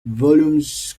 volumes